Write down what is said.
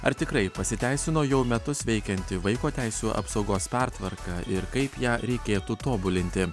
ar tikrai pasiteisino jau metus veikianti vaiko teisių apsaugos pertvarka ir kaip ją reikėtų tobulinti